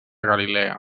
galilea